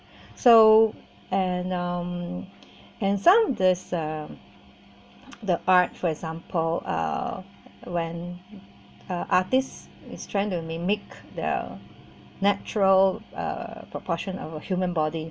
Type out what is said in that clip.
so and um and some this uh the art for example uh when uh artist is trying to mimic the natural uh proportion of a human body